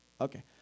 Okay